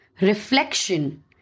Reflection